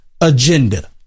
agenda